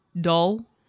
dull